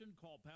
Call